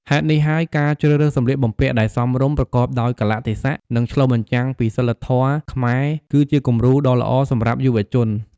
ហេតុនេះហើយ ការជ្រើសរើសសម្លៀកបំពាក់ដែលសមរម្យ ប្រកបដោយកាលៈទេសៈ និងឆ្លុះបញ្ចាំងពីសីលធម៌ខ្មែរ គឺជាគំរូដ៏ល្អសម្រាប់យុវជន។